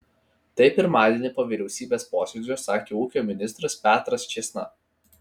tai pirmadienį po vyriausybės posėdžio sakė ūkio ministras petras čėsna